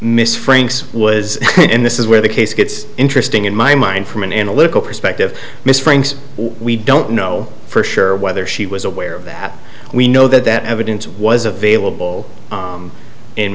miss franks was and this is where the case gets interesting in my mind from an analytical perspective miss franks we don't know for sure whether she was aware of that we know that that evidence was available